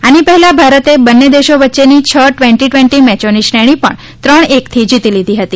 આની પહેલા ભારતે બંને દેશો વચ્યેની છ ટવેન્ટી ટવેન્ટી મેચોની શ્રેણી પણ ત્રણ એક થી જીતી લીધી હતી